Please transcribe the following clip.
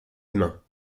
humain